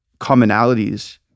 commonalities